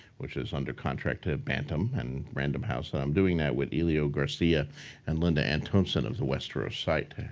which is under contract at bantam and random house. and i'm doing that with elio garcia and linda antonsson of the westeros site.